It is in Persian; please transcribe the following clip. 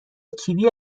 کیوی